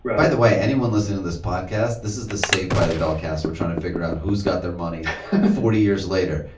by the way, anyone listening to this podcast, this is the saved by the bell cast. we're trying to figure out who's got their money forty years later.